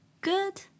good